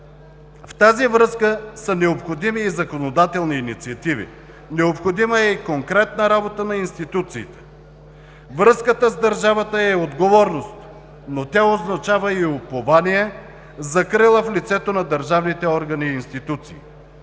В тази връзка са необходими и законодателни инициативи, необходима е и конкретна работа на институциите. Връзката с държавата е отговорност, но тя означава и упование, закрила в лицето на държавните органи и институции.